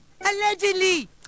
Allegedly